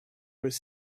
was